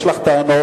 יש לך טענות?